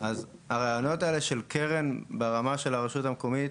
הרעיונות האלה של קרן ברמה של הרשות המקומית,